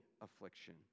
affliction